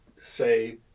say